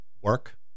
work